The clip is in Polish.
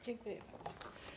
Dziękuję bardzo.